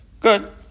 Good